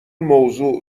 موضوع